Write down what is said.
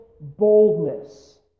boldness